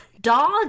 Dog